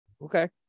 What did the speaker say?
Okay